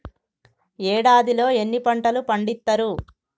ఏడాదిలో ఎన్ని పంటలు పండిత్తరు?